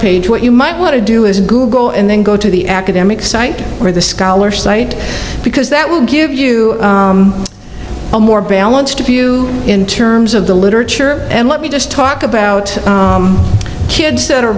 page what you might want to do is google and then go to the academic site or the scholar site because that will give you a more balanced view in terms of the literature and let me just talk about kids